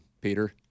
Peter